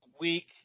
week